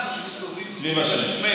שאנחנו מי שמסתובבים סביב עצמנו.